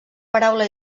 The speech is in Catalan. paraula